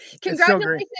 congratulations